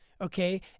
okay